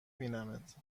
بینمت